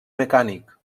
mecànic